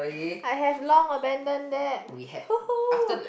I have long abandon that !woohoo!